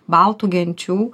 baltų genčių